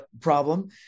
problem